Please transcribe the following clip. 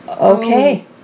okay